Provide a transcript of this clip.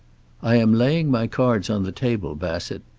i am laying my cards on the table, bassett.